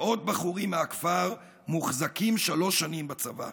מאות בחורים מהכפר מוחזקים שלוש שנים בצבא.